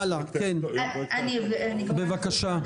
הלאה, בבקשה.